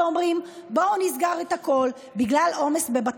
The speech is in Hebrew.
ואני אנסה לפעול בכוחי כדי לזרז את הקליטה בתוך